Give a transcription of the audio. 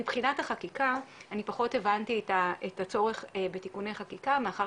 מבחינת החקיקה אני פחות הבנתי את הצורך בתיקוני חקיקה מאחר